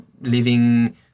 living